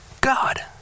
God